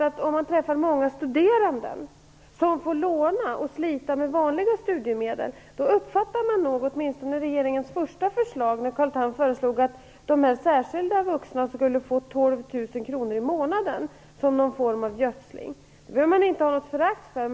Om man träffar många studerande som får låna pengar och slita med vanliga studiemedel uppfattar man nog åtminstone regeringens första förslag - i vilket Carl Tham föreslog att de här särskilt utvalda vuxna skulle få 12 000 kr i månaden - som någon form av gödsling. Man behöver inte känna förakt för det.